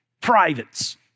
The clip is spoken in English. privates